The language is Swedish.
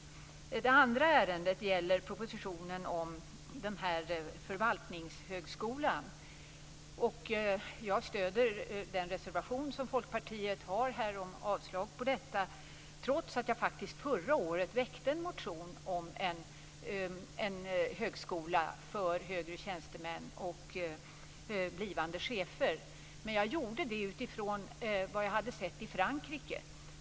Det andra ärendet gäller propositionen om Förvaltningshögskolan. Jag stöder den reservation som Folkpartiet har skrivit om avslag på detta förslag, trots att jag faktiskt förra året väckte en motion om en högskola för högre tjänstemän och blivande chefer. Men jag gjorde det utifrån vad jag hade sett i Frankrike.